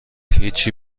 هیچی